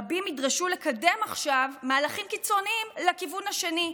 רבים ידרשו לקדם עכשיו מהלכים קיצוניים לכיוון השני,